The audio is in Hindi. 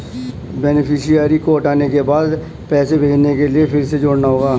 बेनीफिसियरी को हटाने के बाद पैसे भेजने के लिए फिर से जोड़ना होगा